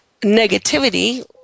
negativity